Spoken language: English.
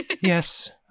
Yes